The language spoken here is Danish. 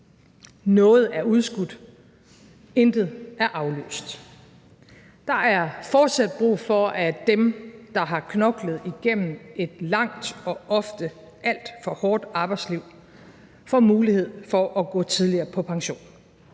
Noget er udskudt, intet er aflyst. Der er fortsat brug for, at dem, der har knoklet igennem et langt og ofte alt for hårdt arbejdsliv, får mulighed for at gå tidligere på pension.